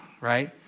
right